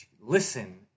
Listen